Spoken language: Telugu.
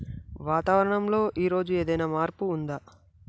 వాతావరణం లో ఈ రోజు ఏదైనా మార్పు ఉందా?